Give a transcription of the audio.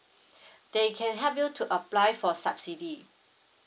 they can help you to apply for subsidy